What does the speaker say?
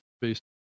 based